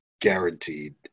guaranteed